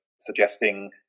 suggesting